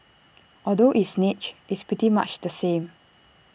although it's niche it's pretty much the same